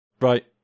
Right